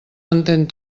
entén